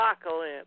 Apocalypse